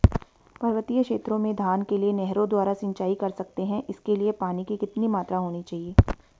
पर्वतीय क्षेत्रों में धान के लिए नहरों द्वारा सिंचाई कर सकते हैं इसके लिए पानी की कितनी मात्रा होनी चाहिए?